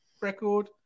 record